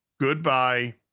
Goodbye